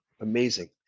Amazing